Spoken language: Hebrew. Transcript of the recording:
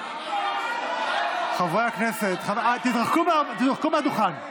חברי הכנסת, תתרחקו מהדוכן.